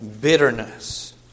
bitterness